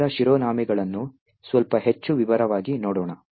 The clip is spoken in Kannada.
ವಿಭಾಗದ ಶಿರೋನಾಮೆಗಳನ್ನು ಸ್ವಲ್ಪ ಹೆಚ್ಚು ವಿವರವಾಗಿ ನೋಡೋಣ